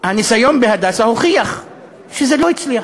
שהניסיון ב"הדסה" הוכיח שזה לא הצליח.